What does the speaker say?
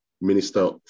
minister